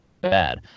bad